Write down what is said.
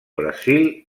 brasil